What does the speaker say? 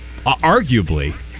arguably